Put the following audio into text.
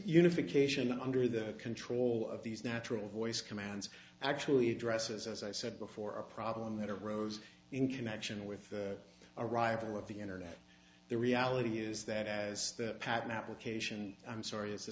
unification under the control of these natural voice commands actually addresses as i said before a problem that arose in connection with the arrival of the internet the reality is that as the patent application i'm sorry i